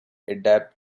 adapt